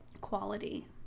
quality